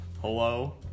Hello